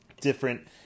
different